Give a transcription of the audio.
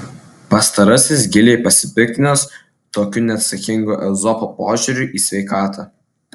pastarasis giliai pasipiktinęs tokiu neatsakingu ezopo požiūriu į sveikatą